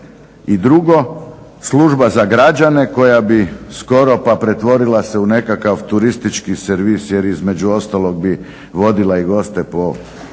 I drugo Služba za građane koja bi skoro pa pretvorila se u nekakav turistički servis, jer između ostalog bi vodila i goste po ovim